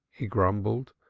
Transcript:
he grumbled.